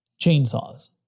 chainsaws